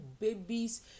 babies